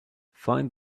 find